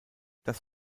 das